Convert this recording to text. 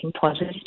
positive